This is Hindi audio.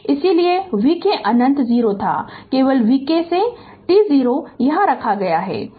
इसलिए इसलिए vk अंनत 0 था केवल vk t0 यहाँ रखा गया है